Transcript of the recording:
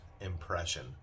impression